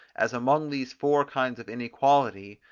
as among these four kinds of inequality,